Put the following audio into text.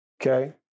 okay